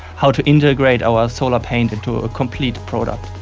how to integrate our solar paint into a complete product.